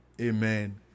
Amen